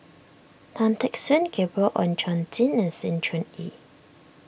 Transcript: Tan Teck Soon Gabriel Oon Chong Jin and Sng Choon Yee